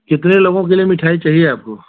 कितने लोगों के लिए मिठाई चाहिए आपको